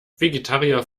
vegetarier